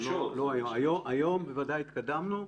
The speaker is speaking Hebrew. היום בוודאי התקדמנו.